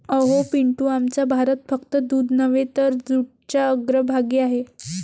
अहो पिंटू, आमचा भारत फक्त दूध नव्हे तर जूटच्या अग्रभागी आहे